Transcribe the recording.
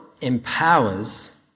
empowers